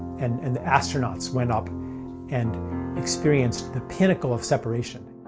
and and the astronauts went up and experienced the pinnacle of separation.